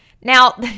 Now